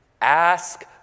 Ask